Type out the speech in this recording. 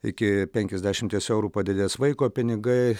iki penkiasdešimties eurų padidės vaiko pinigai